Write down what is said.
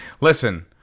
Listen